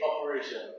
operation